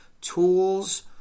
tools